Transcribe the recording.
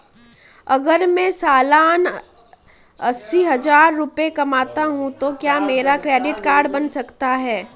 अगर मैं सालाना अस्सी हज़ार रुपये कमाता हूं तो क्या मेरा क्रेडिट कार्ड बन सकता है?